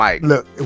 look